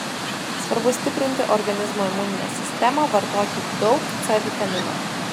svarbu stiprinti organizmo imuninę sistemą vartoti daug c vitamino